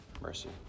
mercy